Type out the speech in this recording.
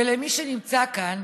ולמי שנמצא כאן,